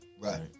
Right